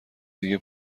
دیگه